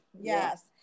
yes